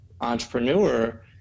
entrepreneur